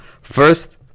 first